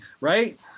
Right